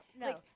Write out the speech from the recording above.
no